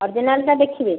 ଅର୍ଜିନାଲ୍ଟା ଦେଖିବେ